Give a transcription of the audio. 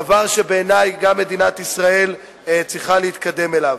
דבר שבעיני גם מדינת ישראל צריכה להתקדם אליו.